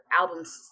albums